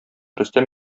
рөстәм